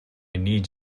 need